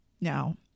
Now